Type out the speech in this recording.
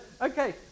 okay